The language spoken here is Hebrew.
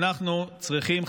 אנחנו צריכים,